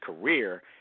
career